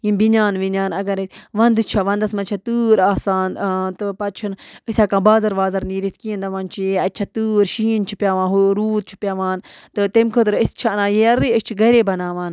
یِم بِنٛیان وِنٛیان اگر أسۍ وَنٛدٕ چھےٚ وَنٛدَس مَنٛز چھِ تۭر آسان تہٕ پَتہٕ چھِنہٕ أسۍ ہٮ۪کان بازَر وازَر نیٖرِتھ کیٚنٛہہ دَپان چھِ یہِ اَتہِ چھےٚ تۭر شیٖن چھِ پٮ۪وان ہُہ روٗد چھُ پٮ۪وان تہٕ تمہِ خٲطرٕ أسۍ چھِ اَنان ییرٕ أسۍ چھِ گَرے بَناوان